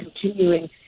continuing